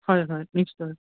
হয় হয় নিশ্চয়